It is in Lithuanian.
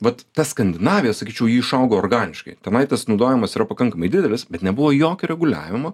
vat ta skandinavija sakyčiau ji išaugo organiškai tenai tas naudojimas yra pakankamai didelis bet nebuvo jokio reguliavimo